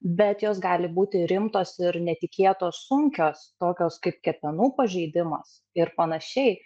bet jos gali būti rimtos ir netikėtos sunkios tokios kaip kepenų pažeidimas ir panašiai